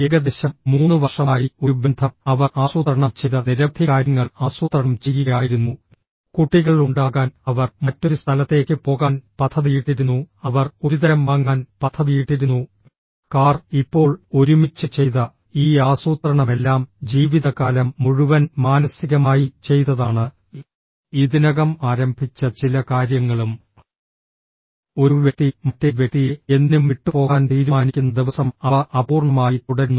ഏകദേശം മൂന്ന് വർഷമായി ഒരു ബന്ധം അവർ ആസൂത്രണം ചെയ്ത നിരവധി കാര്യങ്ങൾ ആസൂത്രണം ചെയ്യുകയായിരുന്നു കുട്ടികൾ ഉണ്ടാകാൻ അവർ മറ്റൊരു സ്ഥലത്തേക്ക് പോകാൻ പദ്ധതിയിട്ടിരുന്നു അവർ ഒരുതരം വാങ്ങാൻ പദ്ധതിയിട്ടിരുന്നു കാർ ഇപ്പോൾ ഒരുമിച്ച് ചെയ്ത ഈ ആസൂത്രണമെല്ലാം ജീവിതകാലം മുഴുവൻ മാനസികമായി ചെയ്തതാണ് ഇതിനകം ആരംഭിച്ച ചില കാര്യങ്ങളും ഒരു വ്യക്തി മറ്റേ വ്യക്തിയെ എന്തിനും വിട്ടുപോകാൻ തീരുമാനിക്കുന്ന ദിവസം അവ അപൂർണ്ണമായി തുടരുന്നു